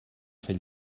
fer